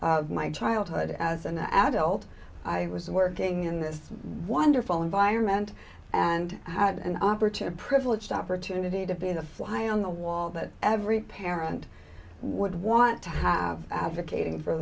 of my childhood as an adult i was working in this one day full environment and i had an opportunity privileged opportunity to be the fly on the wall that every parent would want to have advocating for